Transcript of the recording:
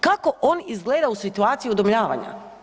Kako on izgleda u situaciji udomljavanja?